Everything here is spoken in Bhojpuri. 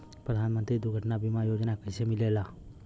प्रधानमंत्री दुर्घटना बीमा योजना कैसे मिलेला?